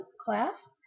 class